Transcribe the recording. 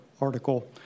article